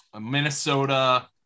minnesota